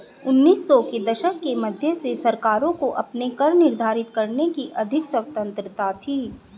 उन्नीस सौ के दशक के मध्य से सरकारों को अपने कर निर्धारित करने की अधिक स्वतंत्रता थी